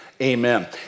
Amen